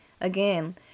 again